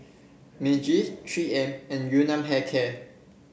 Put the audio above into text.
Meiji Three M and Yun Nam Hair Care